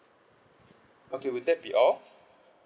okay would that be all